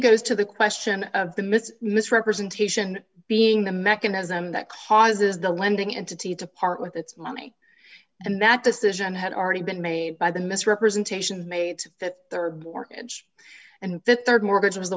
goes to the question of the missing misrepresentation being the mechanism that causes the lending entity to part with its money and that decision had already been made by the misrepresentation of mates that their mortgage and the rd mortgage was the